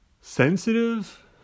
sensitive